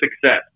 success